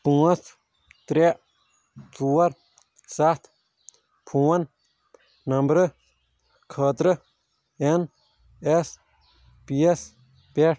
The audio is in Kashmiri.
پانٛژھ ترٛےٚ ژور سَتھ فوٗن نَمبرٕ خٲطرٕ ایٚن ایٚس پی یَس پٮ۪ٹھ